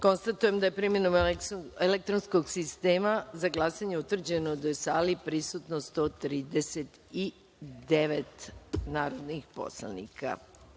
sali. Konstatujem da je primenom elektronskog sistema za glasanje utvrđeno da je u sali prisutno 130 narodnih poslanika. Uručen